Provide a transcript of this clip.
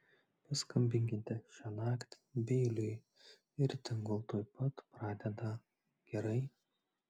paskambinkite šiąnakt beiliui ir tegul tuoj pat pradeda gerai